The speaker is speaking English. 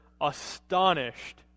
astonished